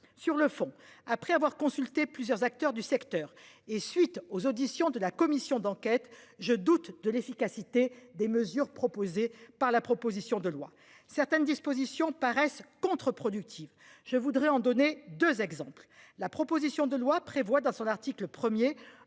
sur le fond, après avoir consulté plusieurs acteurs du secteur. Et suite aux auditions de la commission d'enquête, je doute de l'efficacité des mesures proposées par la proposition de loi certaines dispositions paraissent contreproductives. Je voudrais en donner 2 exemples, la proposition de loi prévoit dans son article 1er